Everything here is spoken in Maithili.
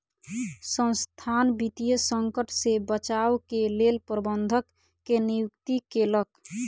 संसथान वित्तीय संकट से बचाव के लेल प्रबंधक के नियुक्ति केलक